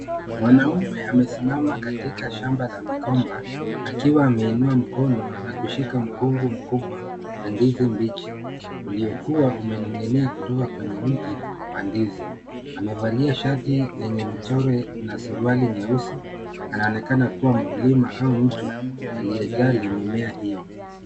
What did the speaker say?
Mwanaume amesimama katika shamba la migomba, akiwa ameinua mkono na kushika mkungu mkubwa wa ndizi mbichi, uliokuwa umening'inia kutoka kwenye mti wa ndizi. Amevalia shati yenye michoro na suruali nyeusi. Anaonekana kuwa mkulima au mtu aliyejali mimea hiyo.